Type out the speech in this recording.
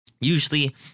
Usually